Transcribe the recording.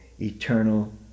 eternal